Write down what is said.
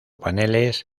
paneles